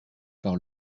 par